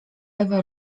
ewa